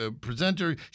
presenter